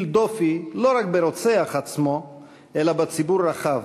דופי לא רק ברוצח עצמו אלא בציבור הרחב,